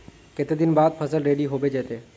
केते दिन बाद फसल रेडी होबे जयते है?